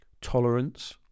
tolerance